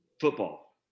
Football